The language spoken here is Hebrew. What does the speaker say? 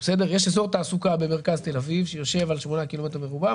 בתשלום חובה שרשות המסים גובה אותו